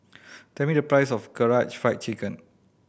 tell me the price of Karaage Fried Chicken